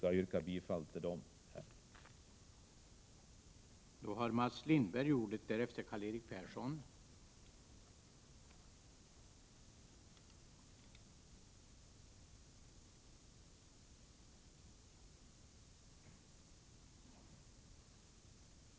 Jag yrkar bifall till dessa reservationer.